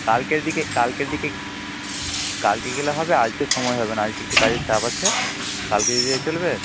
কালকের দিকে কালকের দিকে কালকে গেলে হবে আজকে সময় হবে না আজকে একটু কাজের চাপ আছে কালকে যদি হয় চলবে